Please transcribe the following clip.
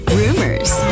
rumors